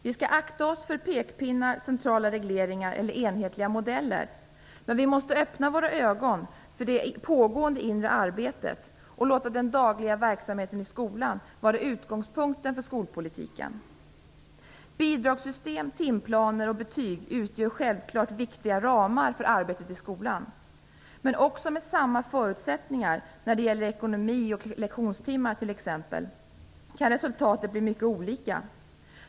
Vi skall akta oss för pekpinnar, centrala regleringar eller enhetliga modeller, men vi måste öppna våra ögon för det pågående inre arbetet och låta den dagliga verksamheten i skolan vara utgångspunkten för skolpolitiken. Bidragssystem, timplaner och betyg utgör självfallet viktiga ramar för arbetet i skolan. Men också med samma förutsättningar, när det gäller ekonomi och lektionstimmar t.ex., kan resultaten bli mycket olika.